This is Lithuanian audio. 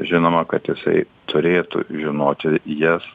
žinoma kad jisai turėtų žinoti jas